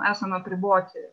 esam apriboti